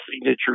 signature